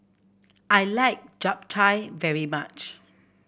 I like Japchae very much